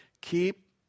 Keep